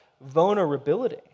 vulnerability